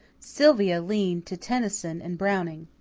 sylvia leaned to tennyson and browning.